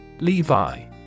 Levi